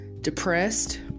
depressed